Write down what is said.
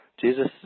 Jesus